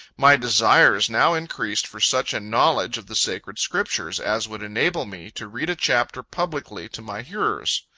my desires now increased for such a knowledge of the sacred scriptures, as would enable me to read a chapter publicly to my hearers.